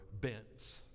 bents